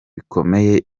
bikomeye